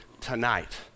tonight